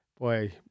boy